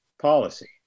policy